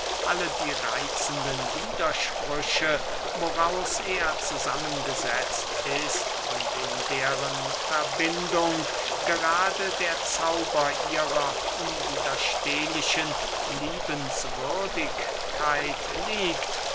alle die reitzenden widersprüche woraus er zusammen gesetzt ist und in deren verbindung gerade der zauber ihrer unwiderstehlichen liebenswürdigkeit liegt